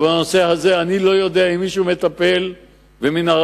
ואני לא יודע אם מישהו מטפל בנושא הזה.